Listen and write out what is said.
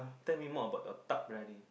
tell me more about your tak berani